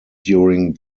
during